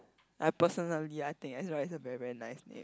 I personally I think Ezra is a very very nice name